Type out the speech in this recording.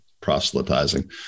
proselytizing